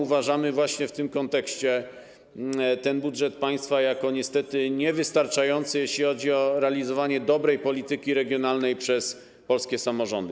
Uważamy, że właśnie w tym kontekście budżet państwa jest niestety niewystarczający, jeśli chodzi o realizowanie dobrej polityki regionalnej przez polskie samorządy.